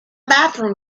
bathroom